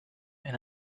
and